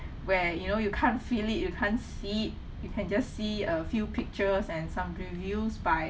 where you know you can't feel it you can't see it you can just see a few pictures and some reviews by